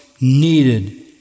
needed